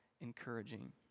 encouraging